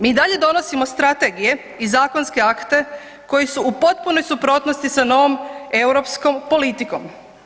Mi i dalje donosimo strategije i zakonske akte koji su u potpunoj suprotnosti sa novom europskom politikom.